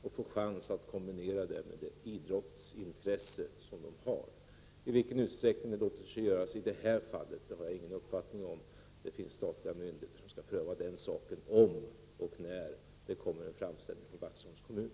Sedan får de därutöver möjlighet att kombinera den utbildningen med sitt idrottsintresse. I vilken utsträckning det låter sig göra i det fall som Pär Granstedts interpellation avser har jag ingen uppfattning om. Det finns statliga myndigheter som skall pröva den saken, om och när det kommer en framställning från Vaxholms kommun.